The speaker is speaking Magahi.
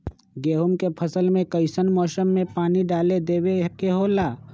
गेहूं के फसल में कइसन मौसम में पानी डालें देबे के होला?